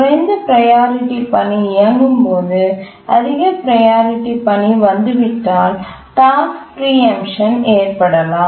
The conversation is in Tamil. குறைந்த ப்ரையாரிட்டி பணி இயங்கும் போது அதிக ப்ரையாரிட்டி பணி வந்துவிட்டால் டாஸ்க் பிரீஎம்சன் ஏற்படலாம்